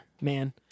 man